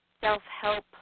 self-help